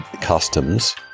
customs